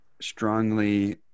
strongly